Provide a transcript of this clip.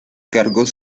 cargos